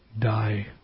die